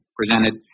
presented